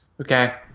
okay